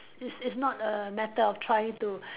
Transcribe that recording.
it's it's not a matter of trying to